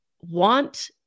want